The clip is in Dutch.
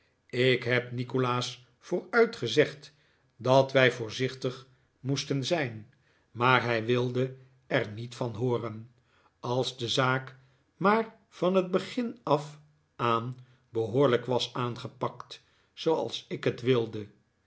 ik heb nikolaas vooruit gezegd dat wij voorzichtig moesten zijn maar hij wilde er niet van hooren als de zaak maar van het begin af aan behoorlijk was aangepakt zooals ik het wilde